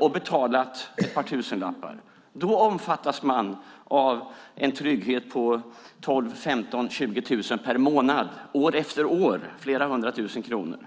och betalat ett par tusenlappar - omfattas av en trygghet på 12 000-20 000 per månad år efter år. Det är flera hundra tusen kronor.